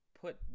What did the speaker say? put